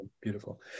beautiful